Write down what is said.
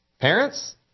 Parents